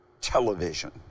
television